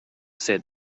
said